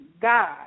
God